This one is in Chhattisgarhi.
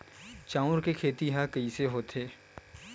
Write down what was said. चांउर के खेती ह कइसे होथे?